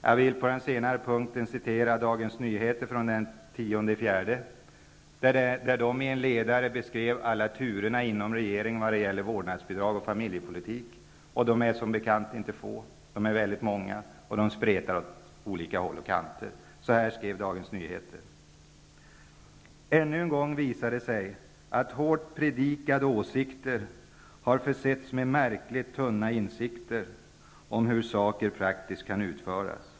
Jag vill här citera Dagens Nyheter från den 10 april. Där beskrivs i en ledare alla turer inom regeringen vad gäller vårdnadsbidrag och familjepolitik. De är som bekant inte få, utan många, och de går åt olika håll och kanter. Så här skrev Dagens Nyheter: ''Ännu en gång visar det sig att hårt predikade åsikter har försetts med märkligt tunna insikter om hur saker praktiskt kan utföras.